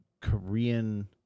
Korean